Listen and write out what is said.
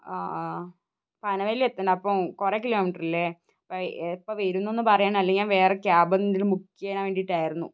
ആ പനവേലി എത്തണം അപ്പം കുറേ കിലോമീറ്റർ ഇല്ലേ അപ്പോൾ എപ്പോൾ വരും എന്നൊന്ന് പറയണം അല്ലെങ്കിൽ വേറെ ക്യാബ് എങ്കിലും ബുക്ക് ചെയ്യാൻ വേണ്ടിയിട്ടായിരുന്നു